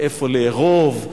מאיפה לארוב,